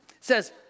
says